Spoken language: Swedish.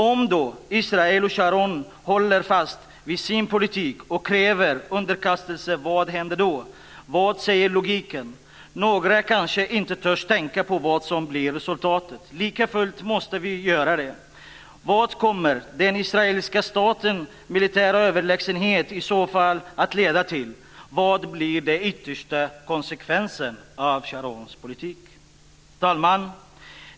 Om Israel och Sharon då håller fast vid sin politik och kräver underkastelse, vad händer då? Vad säger logiken? Några kanske inte törs tänka på vad som blir resultatet. Likafullt måste vi göra det. Vad kommer den israeliska statens militära överlägsenhet i så fall att leda till? Vad blir den yttersta konsekvensen av Sharons politik? Fru talman!